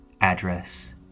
address